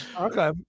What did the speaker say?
Okay